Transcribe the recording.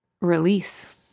release